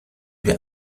wir